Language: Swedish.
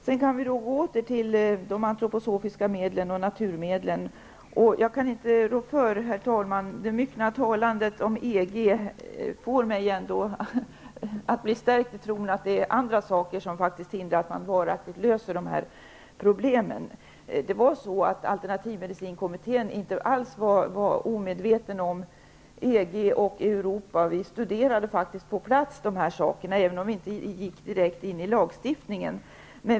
Det myckna talandet om EG, herr talman, får mig stärkt i tron -- jag kan inte rå för det -- att det är andra saker som hindrar att man varaktigt löser de här problemen när det gäller de antroposofiska medlen och naturmedlen. I alternativmedicinkommittén var man inte alls omedveten om EG och Europa. Vi studerade faktiskt detta med EG på plats, även om vi inte direkt gick in i själva lagstiftningen.